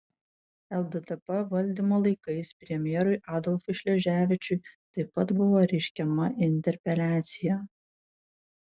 lddp valdymo laikais premjerui adolfui šleževičiui taip pat buvo reiškiama interpeliacija